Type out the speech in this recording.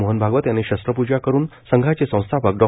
मोहन भागवत यांनी शस्त्रपूजा करून संघाचे संस्थापक डॉ